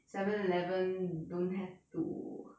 seven eleven you don't have to